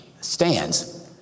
stands